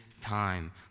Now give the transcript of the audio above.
time